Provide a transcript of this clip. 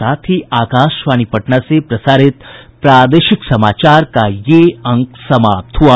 इसके साथ ही आकाशवाणी पटना से प्रसारित प्रादेशिक समाचार का ये अंक समाप्त हुआ